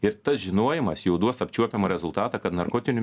ir tas žinojimas jau duos apčiuopiamą rezultatą kad narkotinių